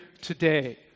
today